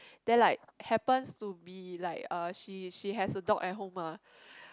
then like happens to be like uh she she has a dog at home ah